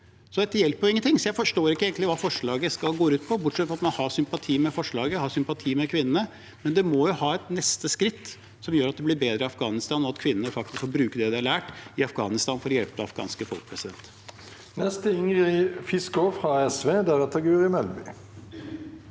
Dette hjelper ingenting, så jeg forstår egentlig ikke hva forslaget går ut på, bortsett fra at man har sympati med forslaget, har sympati med kvinnene. Det må jo være et neste skritt som gjør at det blir bedre i Afghanistan, og at kvinnene faktisk får bruke det de har lært, i Afghanistan for å hjelpe det afghanske folk. Ingrid Fiskaa (SV) Eg deler